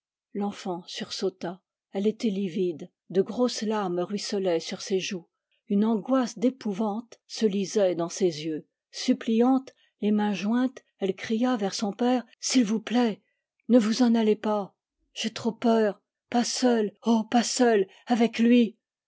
l'enfant sursauta elle était livide de grosses larmes ruisselaient sur ses joues une angoisse d'épouvante se lisait dans ses yeux suppliante les mains jointes elle cria vers son père s'il vous plaît ne vous en allez pas j'ai trop peur pas seule oh pas seule avec lui